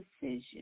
decision